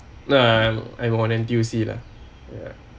nah I'm I'm on N_T_U_C lah ya